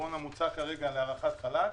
לפתרון המוצע כרגע להארכת החל"ת.